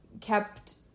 kept –